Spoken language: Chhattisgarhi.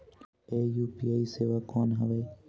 ये यू.पी.आई सेवा कौन हवे?